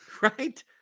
right